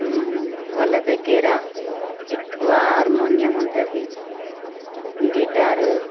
వాళ్ళ దగ్గర ఎక్కువ హార్మోనియం ఉంటుంది గిటారు